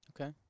Okay